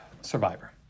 survivor